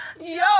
Yo